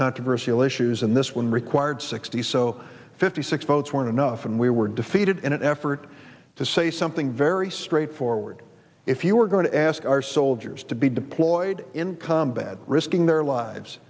controversy lay shoes in this one required sixty so fifty six votes weren't enough and we were defeated in an effort to say something very straightforward if you're going to ask our soldiers to be deployed in combat risking their lives